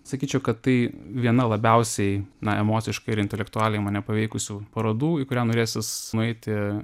sakyčiau kad tai viena labiausiai na emociškai ir intelektualiai mane paveikusių parodų į kurią norėsis nueiti